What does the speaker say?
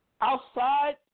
Outside